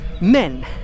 men